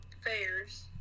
fairs